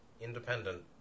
independent